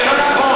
זה לא נכון.